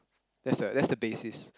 that's the that's the basis